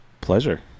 Pleasure